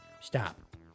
stop